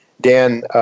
Dan